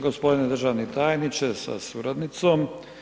G. državni tajniče sa suradnicom.